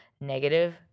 negative